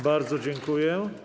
Bardzo dziękuję.